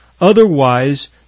otherwise